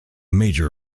major